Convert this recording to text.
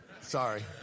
sorry